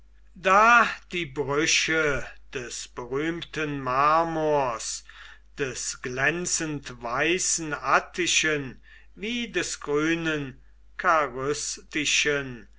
da die brüche des berühmten marmors des glänzend weißen attischen wie des grünen